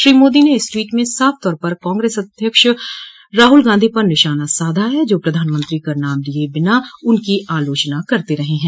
श्री मोदी ने इस ट्वीट में साफतौर पर कांग्रेस अध्यमक्ष राहुल गांधी पर निशाना साधा है जो प्रधानमंत्री का नाम लिये बिना उनकी आलोचना करते रहे हैं